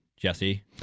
Jesse